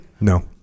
No